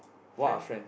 friend